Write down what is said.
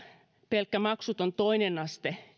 pelkkä maksuton toinen aste